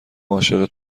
عاشق